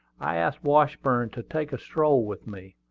i asked washburn to take a stroll with me.